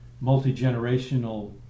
multi-generational